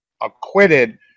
acquitted